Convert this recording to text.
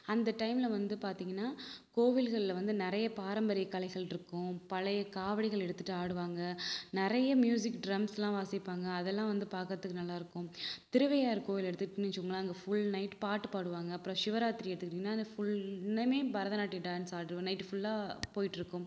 அந்த டைமில் வந்து பார்த்திங்கன்னா கோவில்களில் வந்து நிறைய பாரம்பரிய கலைகள் இருக்கும் பழைய காவடிகள் எடுத்துட்டு ஆடுவாங்க நிறைய மியூசிக் டிரம்ஸெலாம் வாசிப்பாங்க அதெல்லாம் வந்து பார்க்கறதுக்கு நல்லாயிருக்கும் திருவையாறு கோவில் எடுத்துக்கிட்டிங்கன்னு வைச்சுங்களேன் அங்கே ஃபுல் நைட் பாட்டு பாடுவாங்க அப்புறம் சிவராத்திரி எடுத்துக்கிட்டிங்கன்னால் அந்த ஃபுல் இன்னமே பரதநாட்டியம் டான்ஸ் ஆடுகிற நைட்டு ஃபுல்லாக போயிகிட்ருக்கும்